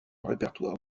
répertoire